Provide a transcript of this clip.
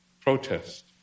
protest